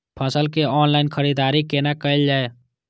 फसल के ऑनलाइन खरीददारी केना कायल जाय छै?